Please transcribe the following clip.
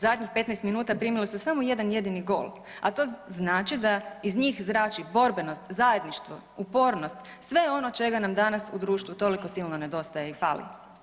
Zadnjih 15 min. primile su samo jedan jedini gol, a to znači da iz njih zrači borbenost, zajedništvo, upornost sve ono čega nam danas u društvu toliko silino nedostaje i fali.